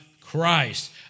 Christ